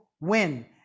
win